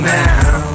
now